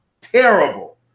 terrible